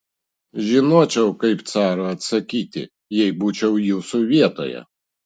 žinočiau kaip carui atsakyti jei būčiau jūsų vietoje